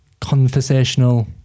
conversational